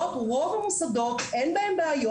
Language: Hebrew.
ברוב המוסדות אין בעיות.